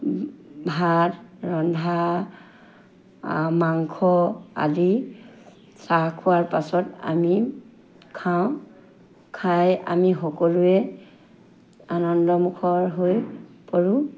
ভাত ৰন্ধা মাংস আদি চাহ খোৱাৰ পাছত আমি খাওঁ খাই আমি সকলোৱে আনন্দমুখৰ হৈ পৰোঁ